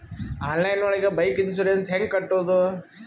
Online ಒಳಗೆ bike insurance ಹ್ಯಾಂಗ್ ಕಟ್ಟುದು?